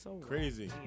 Crazy